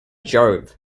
jove